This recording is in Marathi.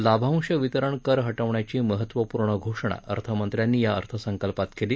लाभांश वितरण कर हटवण्याची महत्त्वपूर्ण घोषणा अर्थमंत्र्यांनी या अर्थसंकल्पात केली